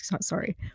sorry